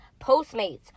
Postmates